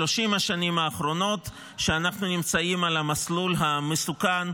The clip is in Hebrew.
השנים האחרונות שאנחנו נמצאים על המסלול המסוכן,